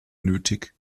nötig